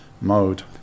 mode